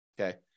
okay